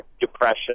depression